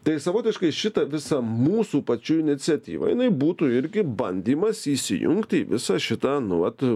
tai savotiškai šita visa mūsų pačių iniciatyva jinai būtų irgi bandymas įsijungti į visą šitą nu vat